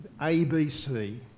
ABC